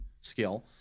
skill